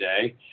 today